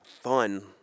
fun